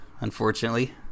unfortunately